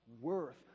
worth